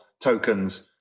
tokens